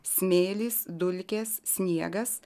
smėlis dulkės sniegas